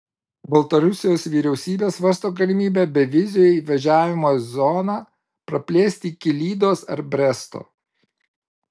baltarusijos vyriausybė svarsto galimybę bevizio įvažiavimo zoną praplėsti iki lydos ar bresto